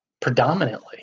predominantly